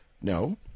No